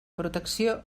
protecció